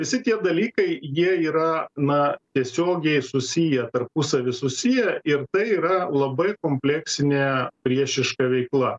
visi tie dalykai jie yra na tiesiogiai susiję tarpusavy susiję ir tai yra labai kompleksinė priešiška veikla